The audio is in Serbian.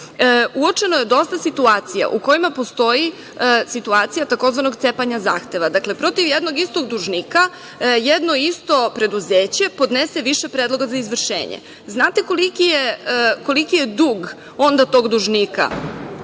Uočeno je dosta situacija u kojima postoji situacija tzv. „cepanja zahteva“.Dakle, protiv jednog istog dužnika jedno isto preduzeće podnese više predloga za izvršenje. Znate koliki je dug onda tog dužnika